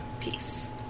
Peace